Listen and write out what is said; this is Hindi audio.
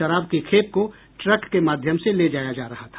शराब की खेप को ट्रक के माध्यम से ले जाया जा रहा था